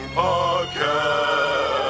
podcast